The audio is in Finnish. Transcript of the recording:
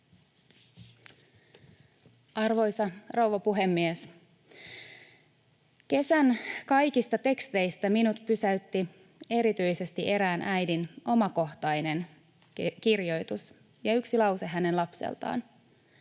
Arvoisa rouva puhemies! Kesän kaikista teksteistä minut pysäytti erityisesti erään äidin omakohtainen kirjoitus ja yksi lause hänen lapseltaan: